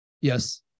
Yes